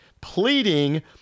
pleading